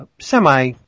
semi